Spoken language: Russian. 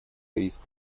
риск